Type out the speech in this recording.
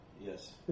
Yes